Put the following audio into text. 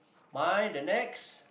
mine the next